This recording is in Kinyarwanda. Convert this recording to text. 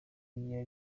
nari